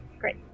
great